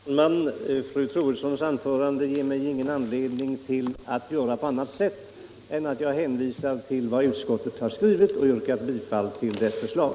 Herr talman! Fru Troedssons anförande ger mig ingen anledning att göra på annat sätt än att hänvisa till vad utskottet skrivit och yrka bifall till dess förslag.